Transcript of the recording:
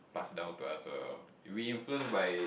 pass down to us or we influence by